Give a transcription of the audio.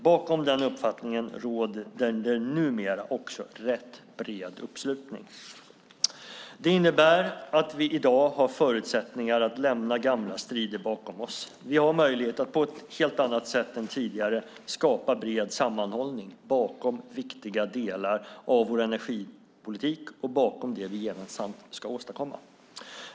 Bakom den uppfattningen råder det numera också rätt bred uppslutning. Det innebär att vi i dag har förutsättningar att lämna gamla strider bakom oss. Vi har möjlighet att på ett helt annat sätt än tidigare skapa bred sammanhållning bakom viktiga delar av vår energipolitik och bakom det vi gemensamt ska åstadkomma.